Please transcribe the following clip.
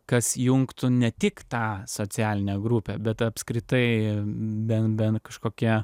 kas jungtų ne tik tą socialinę grupę bet apskritai bent bent kažkokia